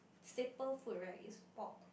staple food right is pork